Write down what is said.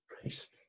Christ